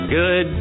good